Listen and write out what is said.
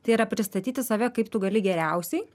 tai yra pristatyti save kaip tu gali geriausiai